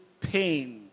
pain